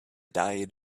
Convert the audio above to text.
diet